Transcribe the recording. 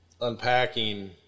unpacking